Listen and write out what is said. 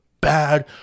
bad